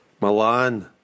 Milan